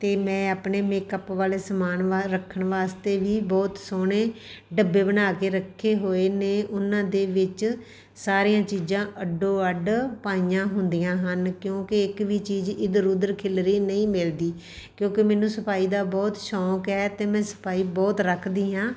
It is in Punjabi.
ਅਤੇ ਮੈਂ ਆਪਣੇ ਮੇਕਅਪ ਵਾਲੇ ਸਮਾਨ ਬਾਹਰ ਰੱਖਣ ਵਾਸਤੇ ਵੀ ਬਹੁਤ ਸੋਹਣੇ ਡੱਬੇ ਬਣਾ ਕੇ ਰੱਖੇ ਹੋਏ ਨੇ ਉਹਨਾਂ ਦੇ ਵਿੱਚ ਸਾਰੀਆਂ ਚੀਜ਼ਾਂ ਅੱਡੋ ਅੱਡ ਪਾਈਆਂ ਹੁੰਦੀਆਂ ਹਨ ਕਿਉਂਕਿ ਇੱਕ ਵੀ ਚੀਜ਼ ਇੱਧਰ ਉੱਧਰ ਖਿਲਰੀ ਨਹੀਂ ਮਿਲਦੀ ਕਿਉਂਕਿ ਮੈਨੂੰ ਸਫਾਈ ਦਾ ਬਹੁਤ ਸ਼ੌਂਕ ਹੈ ਅਤੇ ਮੈਂ ਸਫਾਈ ਬਹੁਤ ਰੱਖਦੀ ਹਾਂ